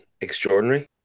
extraordinary